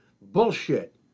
bullshit